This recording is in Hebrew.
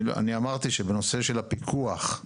אני אמרתי שבנושא של הפיקוח,